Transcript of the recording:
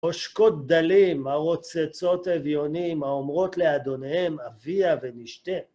עושקות דלים, הרוצצות אביונים, האומרות לאדוניהם, אביאה ונשתה.